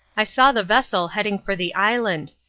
i saw the vessel heading for the island,